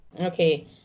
Okay